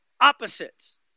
Opposites